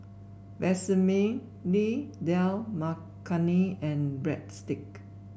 Vermicelli Dal Makhani and Breadstick